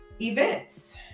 events